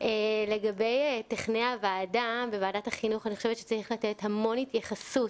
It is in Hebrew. לגבי תכני הוועדה בוועדת החינוך אני חושבת שצריך לתת המון התייחסות